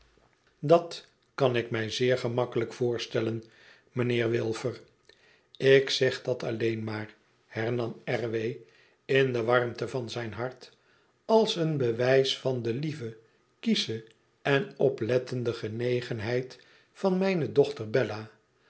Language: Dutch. dat kan ik mij zeer gemakkelijk voorstellen mijnheer wilfer lik zeg dat alleen maar hernam r w m de warmte van zijn hart als een bewijs van de lieve kiesche en oplettende genegenheid van mijne dochter bella